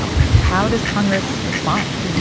how does congress respond?